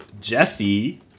Jesse